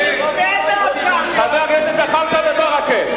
חברי הכנסת זחאלקה וברכה.